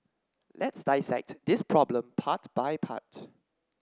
let's dissect this problem part by part